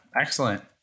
excellent